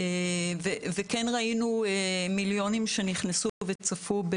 ראינו שכ-3 מיליון נכנסו וצפו.